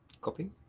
Copy